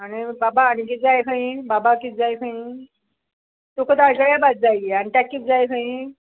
आनी बाबा आनी कितें जाय खंयी बाबा किदें जाय खंयी तुका तायकिळ्या भाजी जायी आनी ताका कितें जाय खंयी